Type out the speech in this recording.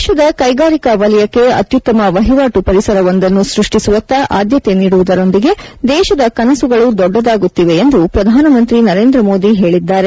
ದೇಶದ ಕೈಗಾರಿಕಾ ವಲಯಕ್ಕೆ ಅತ್ಯುತ್ತಮ ವಹಿವಾಟು ಪರಿಸರವೊಂದನ್ನು ಸೃಷ್ಟಿಸುವತ್ತ ಆದ್ಯತೆ ನೀಡುವುದರೊಂದಿಗೆ ದೇಶದ ಕನಸುಗಳು ದೊಡ್ಡದಾಗುತ್ತಿವೆ ಎಂದು ಪ್ರಧಾನಮಂತ್ರಿ ನರೇಂದ್ರಮೋದಿ ಹೇಳಿದ್ದಾರೆ